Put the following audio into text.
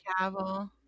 Cavill